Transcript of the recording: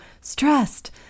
stressed